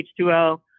h2o